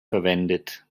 verwendet